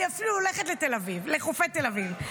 אני אפילו הולכת לחופי תל אביב.